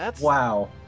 Wow